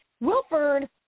Wilford